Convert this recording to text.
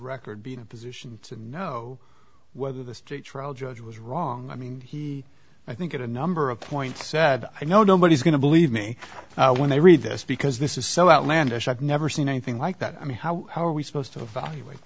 record be in a position to know whether the streets roll judge was wrong i mean he i think it a number of points said i know nobody's going to believe me when they read this because this is so outlandish i've never seen anything like that i mean how how are we supposed to evaluate